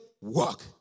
work